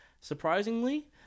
surprisingly